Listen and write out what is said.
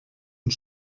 und